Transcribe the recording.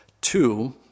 two